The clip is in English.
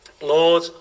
lord